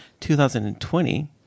2020